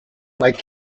like